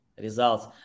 results